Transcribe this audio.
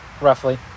roughly